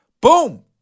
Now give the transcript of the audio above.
boom